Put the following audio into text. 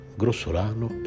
grossolano